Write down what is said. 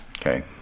Okay